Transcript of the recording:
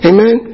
Amen